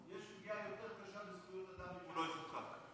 יש פגיעה יותר גדולה בזכויות אדם אם הוא לא יחוקק,